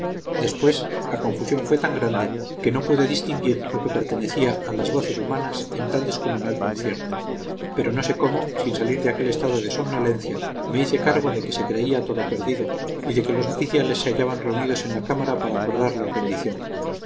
después la confusión fue tan grande que no pude distinguir lo que pertenecía a las voces humanas en tal descomunal concierto pero no sé cómo sin salir de aquel estado de somnolencia me hice cargo de que se creía todo perdido y de que los oficiales se hallaban reunidos en la cámara para acordar la